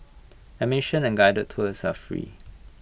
admission and guided tours are free